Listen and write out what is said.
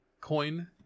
coin